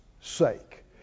sake